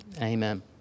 amen